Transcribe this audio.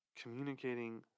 communicating